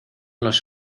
los